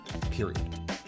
Period